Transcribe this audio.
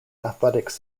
athletics